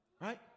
Right